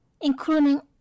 ...including